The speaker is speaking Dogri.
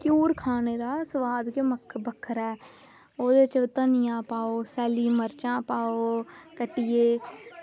घ्यूर खाने दा सोआद गै बक्खरा ऐ ओह्दे च धनिया पाओ सैल्लियां मर्चा पाओ कट्टियै